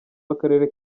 w’akarere